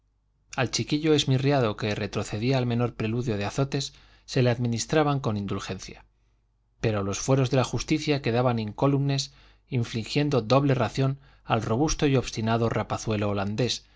al chiquillo esmirriado que retrocedía al menor preludio de azotes se le administraban con indulgencia pero los fueros de la justicia quedaban incólumes infligiendo doble ración al robusto y obstinado rapazuelo holandés